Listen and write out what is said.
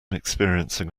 experiencing